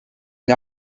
une